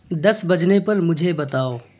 دس بجنے پر مجھے بتاؤ